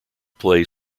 play